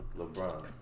LeBron